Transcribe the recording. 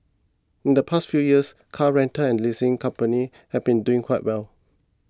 in the past few years car rental and leasing companies have been doing quite well